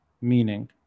meaning